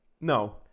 No